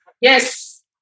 Yes